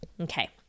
Okay